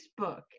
facebook